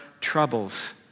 troubles